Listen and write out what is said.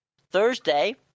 Thursday